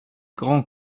grands